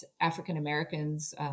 African-Americans